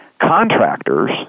contractors